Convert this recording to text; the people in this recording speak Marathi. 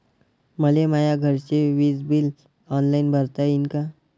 मले माया घरचे विज बिल ऑनलाईन भरता येईन का?